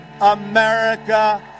America